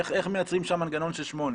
איך מייצרים שם מנגנון של שמונה